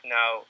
now